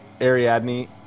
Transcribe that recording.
Ariadne